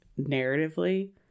narratively